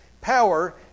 Power